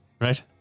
Right